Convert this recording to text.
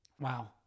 Wow